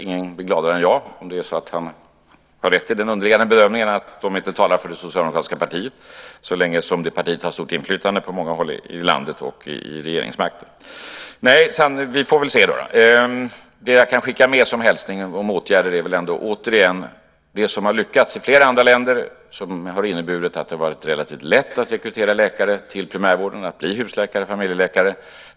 Ingen blir gladare än jag om han har rätt i den underliggande bedömningen att de inte talar för det socialdemokratiska partiet så länge som det partiet har stort inflytande på många håll i landet och innehar regeringsmakten. Vi får väl alltså se. Den hälsning om åtgärder som jag kan skicka med gäller det som har lyckats i flera andra länder och som inneburit att det varit relativt lätt att rekrytera läkare till primärvården och att bli husläkare eller familjeläkare.